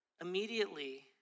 Immediately